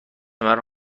مرا